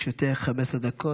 לרשותך 15 דקות,